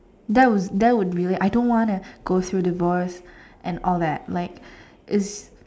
that was that would really I don't wanna go through divorce and all that like is